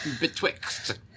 Betwixt